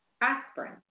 aspirin